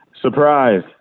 Surprise